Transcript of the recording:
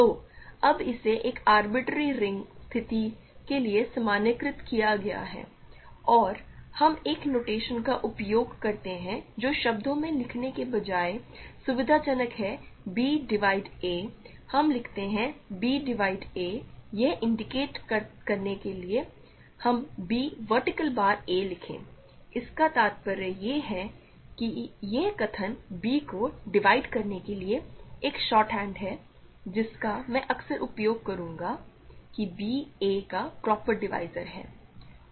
तो अब इसे एक आरबिटरेरी रिंग स्थिति के लिए सामान्यीकृत किया गया है और हम एक नोटेशन का उपयोग करते हैं जो शब्दों में लिखने के बजाय सुविधाजनक है b डिवाइड a हम लिखते हैं b डिवाइड a यह इंडिकेट करने के लिए कि हम b वर्टीकल बार a लिखें इसका तात्पर्य यह है कि यह कथन b को डिवाइड करने के लिए एक शॉर्टहैंड है जिसका मैं अक्सर उपयोग करूंगा या कि b a का प्रॉपर डिवीज़र है